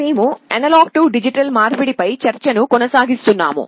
మేము analog to digital మార్పిడి పై చర్చ కొనసాగిస్తున్నాము